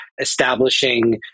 Establishing